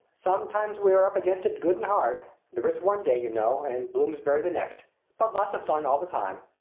sometimes we are up against it good and hard. the ritz one day, you know, and bloomsbury the next but lots of fun all the time.